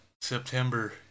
September